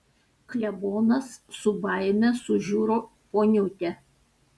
klebonas su baime sužiuro poniutę